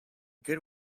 good